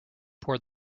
pour